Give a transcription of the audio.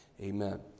amen